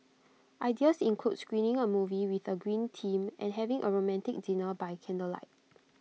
ideas include screening A movie with A green theme and having A romantic dinner by candlelight